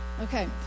Okay